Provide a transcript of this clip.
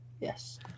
Yes